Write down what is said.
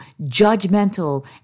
judgmental